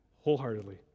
Wholeheartedly